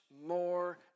more